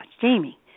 Jamie